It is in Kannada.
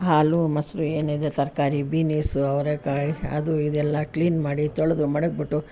ಹಾಲು ಮೊಸರು ಏನಿದೆ ತರಕಾರಿ ಬಿನಿಸು ಅವರೆಕಾಯಿ ಅದು ಇದು ಎಲ್ಲ ಕ್ಲೀನ್ ಮಾಡಿ ತೊಳೆದು ಮಡಗಿ ಬಿಟ್ಟು